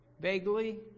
Vaguely